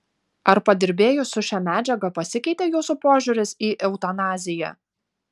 ar padirbėjus su šia medžiaga pasikeitė jūsų požiūris į eutanaziją